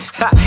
ha